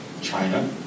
China